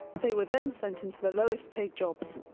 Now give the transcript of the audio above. they were then sent into the lowest-paid jobs,